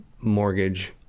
mortgage